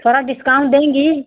थोड़ा डिस्काउंट देंगी